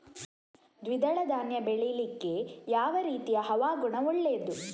ದ್ವಿದಳ ಧಾನ್ಯ ಬೆಳೀಲಿಕ್ಕೆ ಯಾವ ರೀತಿಯ ಹವಾಗುಣ ಒಳ್ಳೆದು?